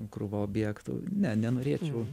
krūva objektų ne nenorėčiau